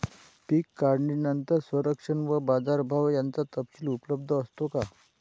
पीक काढणीनंतर संरक्षण व बाजारभाव याचा तपशील उपलब्ध असतो का?